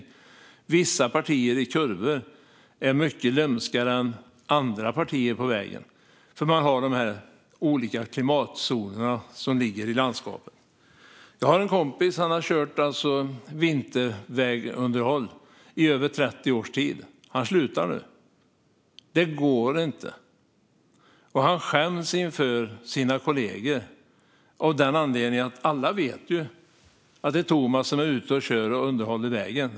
På vissa partier, till exempel i kurvor, är det mycket lömskare än på andra partier på vägen, eftersom man har de olika klimatzonerna i landskapet. Jag har en kompis som har jobbat med vintervägunderhåll i över 30 års tid. Han slutar nu. Det går inte. Han skäms inför sina kollegor; alla vet ju att det är Tomas som ska vara ute och underhålla vägen.